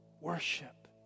worship